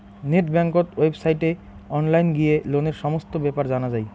net বেংকত ওয়েবসাইটে online গিয়ে লোনের সমস্ত বেপার জানা যাই